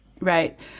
right